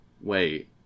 wait